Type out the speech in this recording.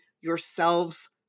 yourselves